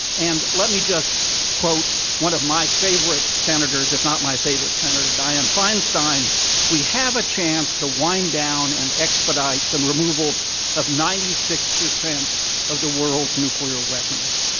and let me just quote one of my favorite senators, if not my favorite senator, diane feinstein we have a chance to wind down and expedite the removal of ninety six percent of the world's nuclear weapons.